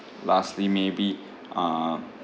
lastly maybe uh